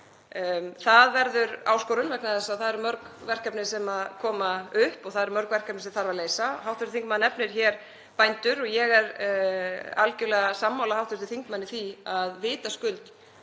Það verður áskorun vegna þess að það eru mörg verkefni sem koma upp og það eru mörg verkefni sem þarf að leysa. Hv. þingmaður nefnir hér bændur og ég er algerlega sammála hv. þingmanni í því að vitaskuld